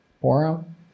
forum